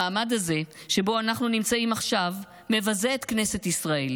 המעמד הזה שבו אנחנו נמצאים עכשיו מבזה את כנסת ישראל.